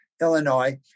Illinois